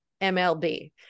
MLB